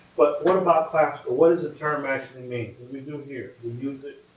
but what about classical? what does the term actually mean? and we do here. we use it.